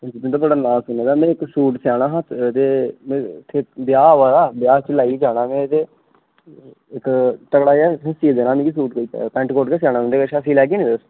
हांजी तुंदा बड़ा नां सुने दा में इक सूट सियाना हा इत्थै ब्याह् आवा दा ब्याह च लाइयै जाना ते तगड़ा जेहा सी देना सूट मिगी कोई पेंट कोट गै सियाना तुंदे कशा सी लैगे नी तुस